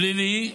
פלילי,